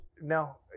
No